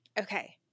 Okay